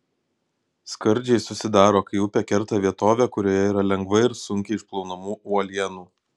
skardžiai susidaro kai upė kerta vietovę kurioje yra lengvai ir sunkiai išplaunamų uolienų